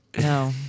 No